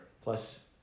Plus